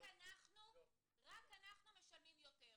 משום מה רק אנחנו משלמים יותר.